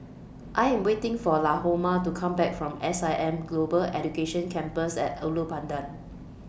I Am waiting For Lahoma to Come Back from S I M Global Education Campus At Ulu Pandan